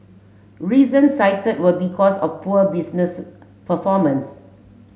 reasons cited were because of poor business performance